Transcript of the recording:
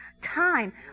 time